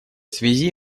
связи